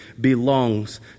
belongs